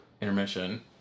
intermission